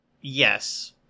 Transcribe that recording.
yes